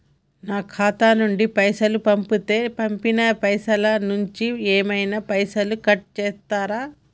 నా ఖాతా నుండి పైసలు పంపుతే పంపిన పైసల నుంచి ఏమైనా పైసలు కట్ చేత్తరా?